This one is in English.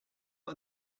are